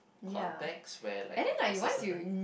context where like there's a certain